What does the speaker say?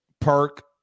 Perk